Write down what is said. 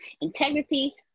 Integrity